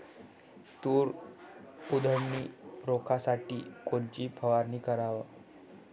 तूर उधळी रोखासाठी कोनची फवारनी कराव?